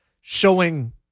Showing